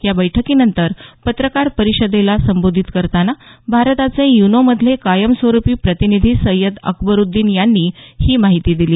या बैठकीनंतर पत्रकार परिषदेला संबोधित करताना भारताचे युनोमधले कायमस्वरुपी प्रतिनिधी सय्यद अकबरुद्दीन यांनी ही माहिती दिली